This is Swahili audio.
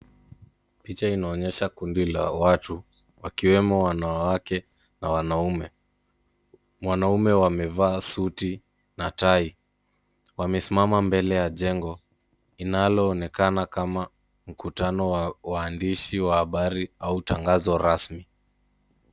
Picha inaonyesha kundi la watu, wakiwemo wanawake na wanaume. Mwanaume wamevaa suti na tai. Wamesimama mbele ya jengo inaloonekana kama mkutano wa waandishi wa habari au tangazo rasmi.